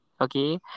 Okay